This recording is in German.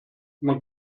man